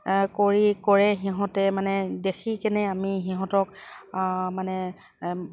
কৰি কৰে সিহঁতে মানে দেখি কেনে আমি সিহঁতক মানে